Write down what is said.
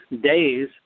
days